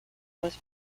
was